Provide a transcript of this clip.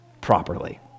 properly